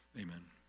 Amen